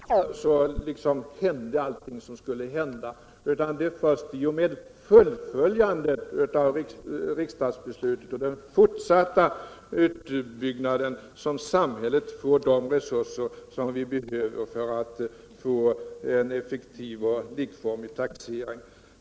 Herr talman! Kampen mot skattefusk och skatteflykt är självfallet angelägen. Jag vill emellertid än en gång betona att åtskilligt har hänt och att mera är på väg att hända. När det gäller taxeringskontrollen är det väl ändå inte så, att allting som skulle hända också hände i och med att riksdagsbeslutet fattades, utan det är först i och med fullföljandet av riksdagens beslut och den fortsatta utbyggnaden på området som samhället får de resurser som behövs för att vi skall få en effektiv och likformig taxering.